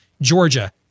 Georgia